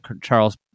Charles